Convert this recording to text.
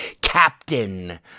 captain